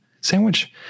sandwich